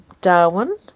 Darwin